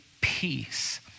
peace